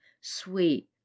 sweet